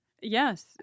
Yes